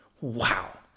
Wow